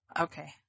okay